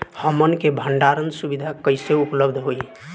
हमन के भंडारण सुविधा कइसे उपलब्ध होई?